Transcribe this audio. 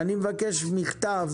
אני מבקש מכתב